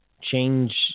change